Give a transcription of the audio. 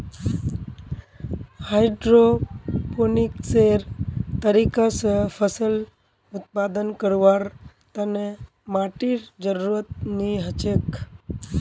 हाइड्रोपोनिक्सेर तरीका स फसल उत्पादन करवार तने माटीर जरुरत नी हछेक